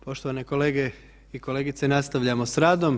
Poštovane kolegice i kolege nastavljamo s radom.